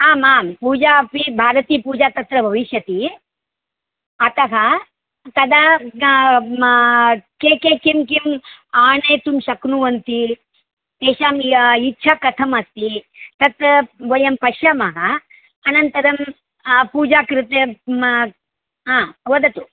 आम् आं पूजापि भारतीपूजा तत्र भविष्यति अतः तदा मा के के किम् आनेतुं शक्नुवन्ति तेषां या इच्छा कथमस्ति तत् वयं पश्यामः अनन्तरं पूजा कृते हा वदतु